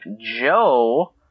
Joe